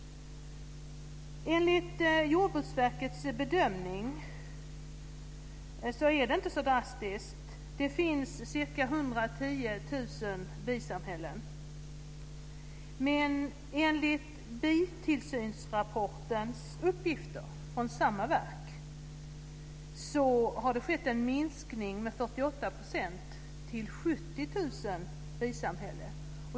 Enligt Jordbruksverkets bedömning är det inte så drastiskt. Det finns ca 110 000 bisamhällen. Men enligt bitillsynsrapportens uppgifter, från samma verk, har det skett en minskning med 48 % till 70 000 bisamhällen.